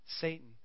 Satan